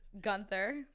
Gunther